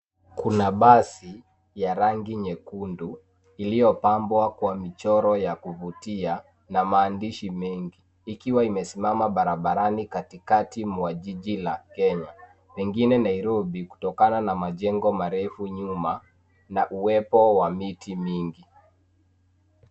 Kuna basi ya rangi nyekundu iliyopambwa kwa michoro ya kuvutia na maandishi mengi ikiwa imesimama barabarani katikati mwa jiji la Kenya pengine Nairobi kutokana na majengo marefu nyuma na uwepo wa miti mingi.